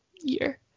year